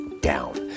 down